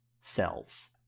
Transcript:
cells